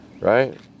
right